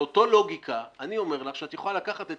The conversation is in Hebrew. על אותה לוגיקה אני אומר לך שאת יכולה לקחת את